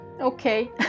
Okay